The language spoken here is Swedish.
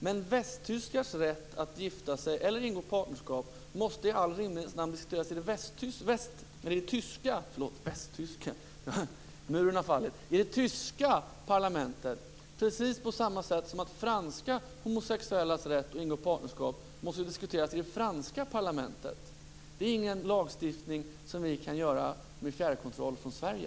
Men tyskars rätt att gifta sig eller ingå partnerskap måste i all rimlighets namn diskuteras i det tyska parlamentet, på samma sätt som att franska homosexuellas rätt att ingå partnerskap måste diskuteras i det franska parlamentet. Det är ingen lagstiftning som vi kan ändra med fjärrkontroll från Sverige.